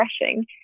refreshing